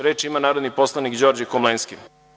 Reč ima narodni poslanik Đorđe Komlenski.